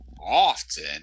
often